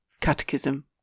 Catechism